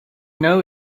know